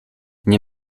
nie